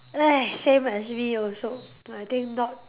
eh same as me also but I think not